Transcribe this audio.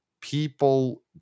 people